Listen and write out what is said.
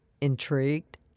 Intrigued